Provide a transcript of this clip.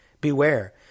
Beware